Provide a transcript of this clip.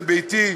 לביתי,